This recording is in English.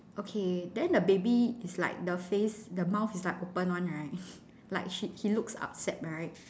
okay then the baby is like the face the mouth is like open [one] right like she he looks upset right